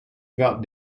felt